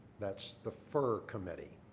that's the fir committee,